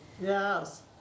Yes